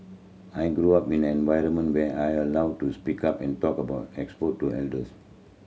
I grew up in an environment where I allowed to speak up and talk about exposed to adults